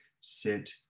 sit